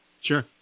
Sure